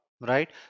right